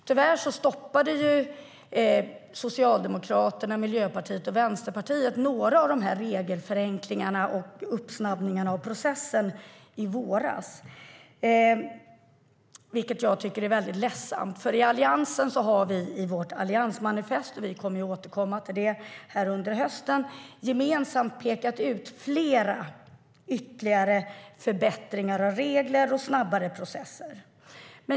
Tyvärr stoppade Socialdemokraterna, Miljöpartiet och Vänsterpartiet några av de här regelförenklingarna och uppsnabbningen av processen i våras, vilket jag tycker är väldigt ledsamt. Vi i Alliansen har i vårt alliansmanifest - vi kommer att återkomma till det under hösten - gemensamt pekat ut flera ytterligare förbättringar av regler och snabbare processer.